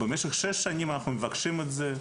במשך שש שנים אנחנו מבקשים את זה,